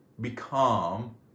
become